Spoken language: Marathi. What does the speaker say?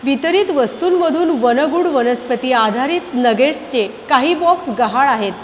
वितरित वस्तूंमधून वन गुड वनस्पती आधारित नगेट्सचे काही बॉक्स गहाळ आहेत